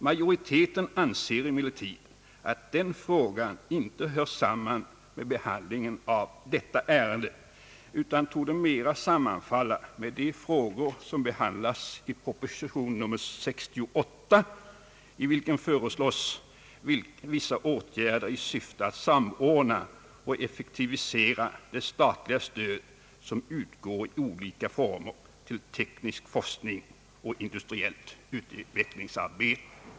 Majoriteten anser emellertid att den frågan inte hör samman med behandlingen av detta ärende utan mera torde sammanfalla med de frågor som behandlas i proposition nr 68, i vilken föreslås vissa åtgärder i syfte att samordna och effektivisera det statliga stöd som utgår i olika former till teknisk forskning och industriellt utvecklingsarbete.